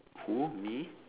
who me